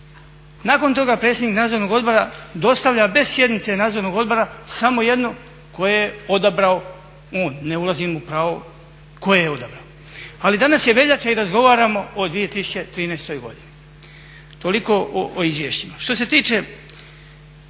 Nakon toga predsjednik Nadzornog odbora dostavlja bez sjednice Nadzornog odbora samo jedno koje je odabrao on. Ne ulazim u pravo koje je odabrao. Ali danas je veljača i razgovaramo o 2013. godini. Toliko o izvješćima.